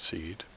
Seed